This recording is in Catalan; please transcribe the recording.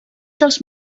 dels